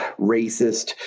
racist